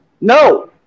No